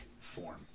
form